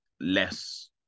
less